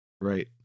right